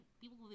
people